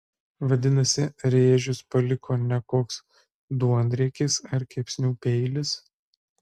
vadinasi rėžius paliko ne koks duonriekis ar kepsnių peilis